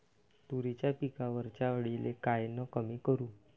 तुरीच्या पिकावरच्या अळीले कायनं कमी करू?